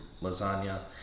lasagna